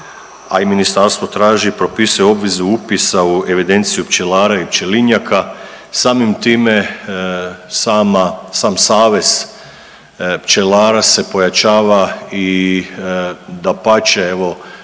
a i ministarstvo traži, propisuje obvezu upisa u evidenciju pčelara i pčelinjaka. Samim time sama, sam savez pčelara se pojačava i dapače evo